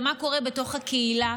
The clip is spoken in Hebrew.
זה מה שקורה בתוך הקהילה,